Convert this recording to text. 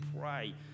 pray